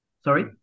Sorry